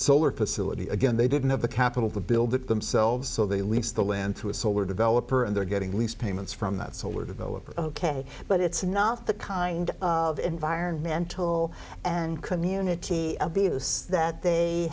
solar facility again they didn't have the capital to build it themselves so they lease the land to a solar developer and they're getting lease payments from that solar developer ok but it's not the kind of environmental and community abuse that they